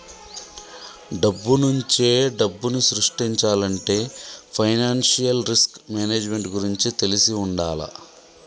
డబ్బునుంచే డబ్బుని సృష్టించాలంటే ఫైనాన్షియల్ రిస్క్ మేనేజ్మెంట్ గురించి తెలిసి వుండాల